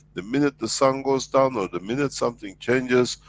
the minute the sun goes down, or the minute something changes,